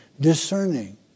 discerning